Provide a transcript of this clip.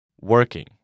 Working